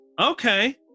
Okay